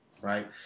right